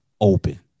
open